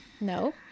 no